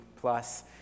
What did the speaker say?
plus